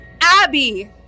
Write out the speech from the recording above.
Abby